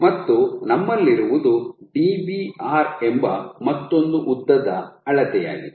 ಮತ್ತು ನಮ್ಮಲ್ಲಿರುವುದು Dbr ಎಂಬ ಮತ್ತೊಂದು ಉದ್ದದ ಅಳತೆಯಾಗಿದೆ